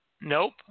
Nope